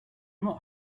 not